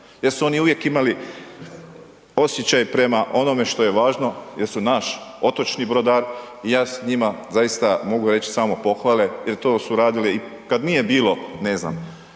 jer su oni uvijek imali osjećaj prema onome što je važno jer su naš otočni brodar i ja s njima zaista mogu reći samo pohvale jer to su radili i kad nije bilo, ne znam,